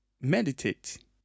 meditate